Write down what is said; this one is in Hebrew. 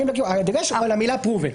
הדגש הוא על המילה פרובן.